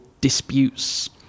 disputes